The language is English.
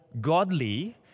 godly